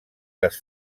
les